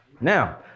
Now